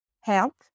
help